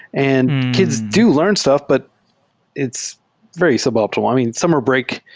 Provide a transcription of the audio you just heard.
and kids do learn stuff, but it's very suboptimal. i mean, summer break,